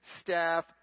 staff